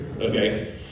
okay